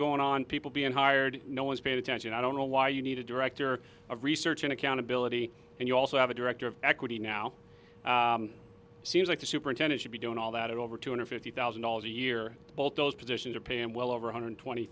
going on people being hired no one's paid attention i don't know why you need a director of research and accountability and you also have a director of equity now seems like the superintendent should be doing all that over two hundred fifty thousand dollars a year both those positions are paying well over one hundred twenty